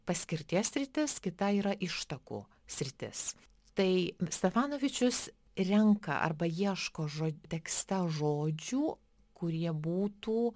paskirties sritis kita yra ištakų sritis tai stefanovičius renka arba ieško žod tekste žodžių kurie būtų